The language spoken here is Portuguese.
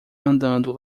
andando